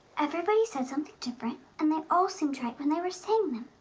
everybody said something different and they all seemed right when they were saying them.